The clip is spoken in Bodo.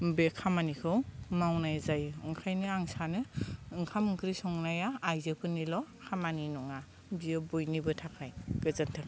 बे खामानिखौ मावनाय जायो ओंखायनो आं सानो ओंखाम ओंख्रि संनाया आइजोफोरनिल' खामानि नङा बियो बयनिबो थाखाय गोजोन्थों